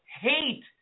Hate